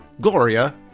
Gloria